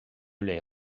les